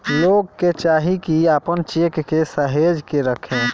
लोग के चाही की आपन चेक के सहेज के रखे